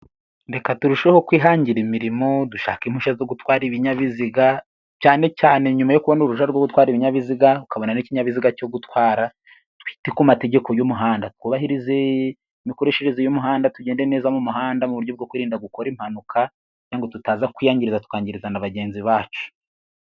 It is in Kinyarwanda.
Reka turusheho kwihangira imirimo, dushaka impushya zo gutwara ibinyabiziga, cyane cyane nyuma yo kubona uruhuja rwo gutwara ibinyabiziga tukabona n'ikinyabiziga cyo gutwara twite ku mategeko y'umuhanda, twubahirize imikoreshereze y'umuhanda, tugende neza mu muhanda mu buryo bwo kwirinda gukora impanuka cyangwa ngo tutaza kwiyangiriza, tukangiriza na bagenzi bacu.